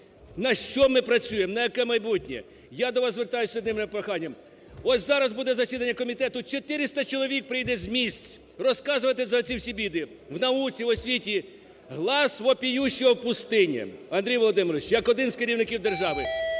На що ми працюємо, на яке майбутнє? Я до вас звертаюся з єдиним проханням. Ось зараз буде засідання комітету, 400 чоловік приїде з місць розказувати за оці всі біди в науці, в освіти. Глас вопиющего в пустыне! Андрій Володимирович, як один з керівників держави,